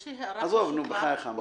עזוב, בחייך.